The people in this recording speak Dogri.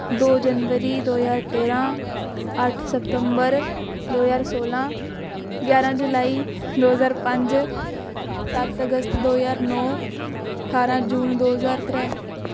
दो जनवरी दो ज्हार तेरांह् अट्ठ सितंबर दो ज्हार सौलां ग्यारां जुलाई दो ज्हार पंज सत्त अगस्त दो ज्हार नौ ठारां जून दो ज्हार त्रै